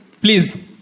please